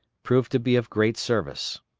proved to be of great service.